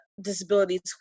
disability